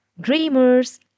Dreamers